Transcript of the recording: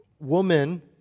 woman